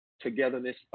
togetherness